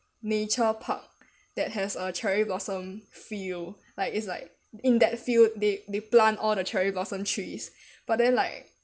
nature park that has a cherry blossom feel like it's like in that field they they plant all the cherry blossom trees but then like